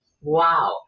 Wow